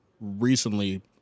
recently